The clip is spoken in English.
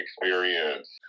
experience